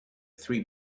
three